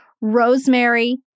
rosemary